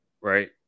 right